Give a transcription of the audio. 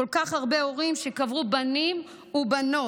כל כך הרבה הורים קברו בנים ובנות